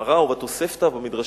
בגמרא ובתוספתא ובמדרשים.